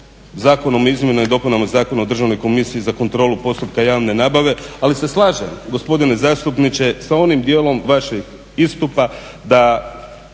Zakonom o izmjenama i dopunama Zakona o Državnoj komisiji za kontrolu postupaka javne nabave, ali se slažem gospodine zastupniče sa onim dijelom vašeg istupa da